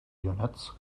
units